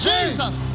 Jesus